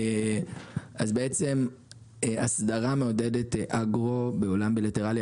אסדרה מעודדת אגרו בעולם בילטרלי.